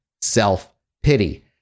self-pity